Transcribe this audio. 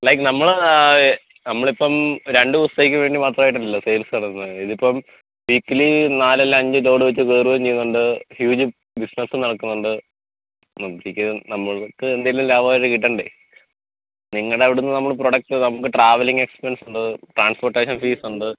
like നമ്മൾ നമ്മളിപ്പം രണ്ട് ദിവസത്തേക്ക് വേണ്ടി മാത്രമായിട്ടല്ലല്ലോ സെയിൽസ് നടത്തുന്നത് ഇതിപ്പം വീക്കിലി നാലല്ല അഞ്ച് ലോഡ് വെച്ച് കയറുകയും ചെയ്യുന്നുണ്ട് ഹ്യൂജ് ബിസിനസ്സും നടക്കുന്നുണ്ട് നമുക്കൊക്കെ നമ്മൾക്ക് എന്തേലും ലാഭം അതിൽ കിട്ടണ്ടേ നിങ്ങളുടെ അവിടെന്ന് നമ്മൾ പ്രൊഡക്റ്റ് നമുക്ക് ട്രാവെല്ലിങ് എക്സ്പെൻസോണ്ട് ട്രാൻസ്പോർട്ടേഷൻ ഫീസൊണ്ട്